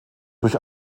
durch